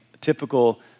typical